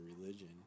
religion